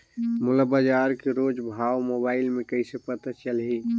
मोला बजार के रोज भाव मोबाइल मे कइसे पता चलही?